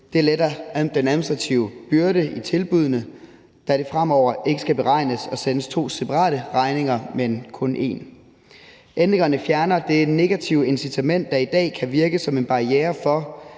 Det letter den administrative byrde i tilbuddene, da det fremover ikke skal beregnes og sendes som to separate regninger, men kun en. Ændringerne fjerner det negative incitament, der i dag kan virke som en barriere for,